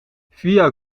via